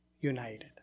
united